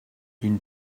une